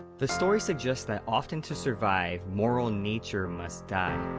the story suggests that often to survive, moral nature must die.